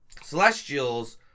Celestials